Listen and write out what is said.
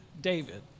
David